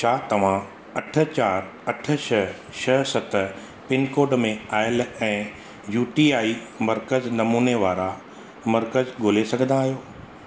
छा तव्हां अठ चारि अठ छह छह सत पिनकोड में आयल ऐं यूटीआई मर्कज़ नमूने वारा मर्कज़ ॻोल्हे सघंदा आहियो